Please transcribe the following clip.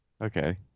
okay